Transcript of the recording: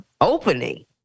opening